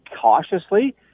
cautiously